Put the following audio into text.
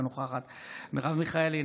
אינה נוכחת מרב מיכאלי,